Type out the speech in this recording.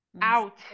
out